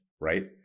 right